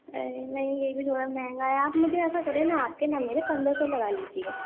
ارے نہیں یہ بھی تھوڑا مہنگا ہے آپ مجھے ایسا کریں نہ آپ کے نہ میرے پندرہ سو لگا لیجیے